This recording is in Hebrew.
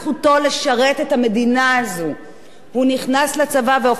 הוא נכנס לצבא והופך להיות חייל מצטיין בצנחנים.